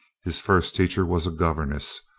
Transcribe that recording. his first teacher was a governess,